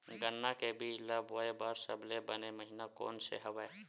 गन्ना के बीज ल बोय बर सबले बने महिना कोन से हवय?